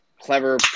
Clever